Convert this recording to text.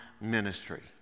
ministry